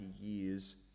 years